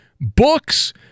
books